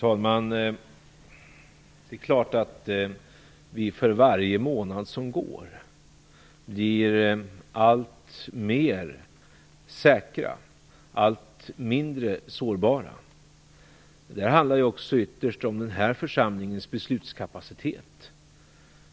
Fru talman! För varje månad som går blir vi alltmer säkra och allt mindre sårbara. Det handlar ju också ytterst om den här församlingens beslutskapacitet.